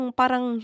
parang